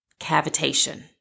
cavitation